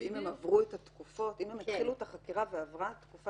שאם הם התחילו את החקירה ועברה התקופה